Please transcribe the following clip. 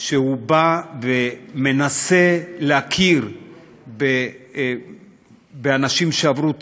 שנועד לנסות להכיר באנשים שעברו טראומה,